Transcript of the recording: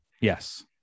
Yes